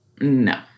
No